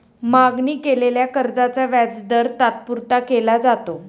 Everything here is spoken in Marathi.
मागणी केलेल्या कर्जाचा व्याजदर तात्पुरता केला जातो